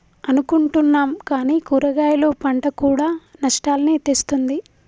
అనుకుంటున్నాం కానీ కూరగాయలు పంట కూడా నష్టాల్ని తెస్తుంది